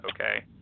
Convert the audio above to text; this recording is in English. Okay